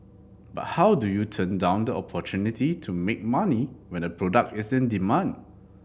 but how do you turn down the opportunity to make money when a product is in demand